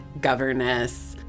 governess